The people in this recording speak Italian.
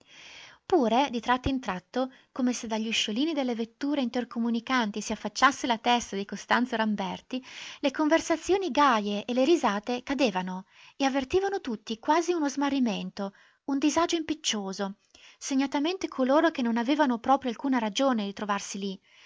pure di tratto in tratto come se dagli usciolini delle vetture intercomunicanti si affacciasse la testa di costanzo ramberti le conversazioni gaje e le risate cadevano e avvertivano tutti quasi uno smarrimento un disagio impiccioso segnatamente coloro che non avevano proprio alcuna ragione di trovarsi lì